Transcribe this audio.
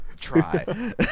try